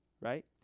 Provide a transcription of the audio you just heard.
Right